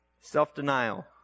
self-denial